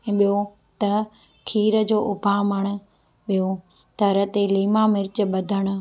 ऐं ॿियों त खीर जो उभामण ॿियों दर ते लीमा मिर्च ॿधणु